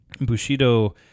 Bushido